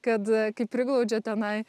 kad kaip priglaudžia tenai